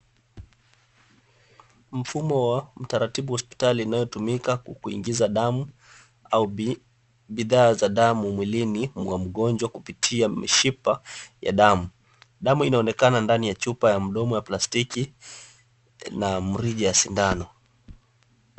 Mfumo wa utaratibu wa hospitali inayotumika kukuingiza damu au bidhaa za damu mwilini mwa mgonjwa kupitia mishipa ya damu. Damu inaonekana ndani ya chupa ya mdomu ya plastiki na mrija ya sindana.